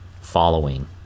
following